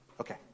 Okay